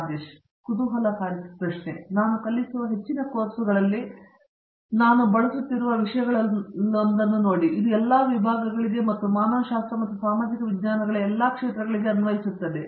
ರಾಜೇಶ್ ಕುಮಾರ್ ಕುತೂಹಲಕಾರಿ ನಾನು ಕಲಿಸುವ ಹೆಚ್ಚಿನ ಕೋರ್ಸುಗಳಲ್ಲಿ ನಾನು ಬಳಸುತ್ತಿರುವ ವಿಷಯಗಳಲ್ಲೊಂದನ್ನು ನೋಡಿ ಮತ್ತು ಇದು ಎಲ್ಲಾ ವಿಭಾಗಗಳಿಗೆ ಮತ್ತು ಮಾನವಶಾಸ್ತ್ರ ಮತ್ತು ಸಾಮಾಜಿಕ ವಿಜ್ಞಾನಗಳ ಎಲ್ಲಾ ಕ್ಷೇತ್ರಗಳಿಗೆ ಅನ್ವಯಿಸುತ್ತದೆ